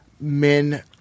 men